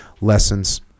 lessons